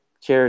Cheers